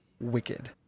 Wicked